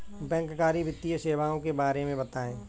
बैंककारी वित्तीय सेवाओं के बारे में बताएँ?